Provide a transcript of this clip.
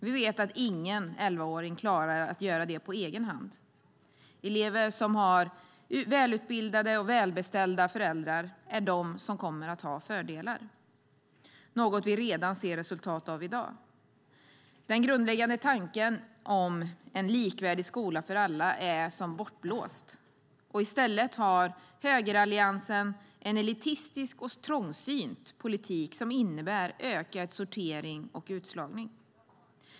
Vi vet att ingen elvaåring klarar att göra detta på egen hand. Elever som har välutbildade och välbeställda föräldrar är de som kommer att ha fördelar, något vi ser resultat av redan i dag. Den grundläggande tanken om en likvärdig skola för alla är som bortblåst. I stället har högeralliansen en elitistisk och trångsynt politik som innebär ökad sortering och utslagning.